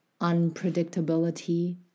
unpredictability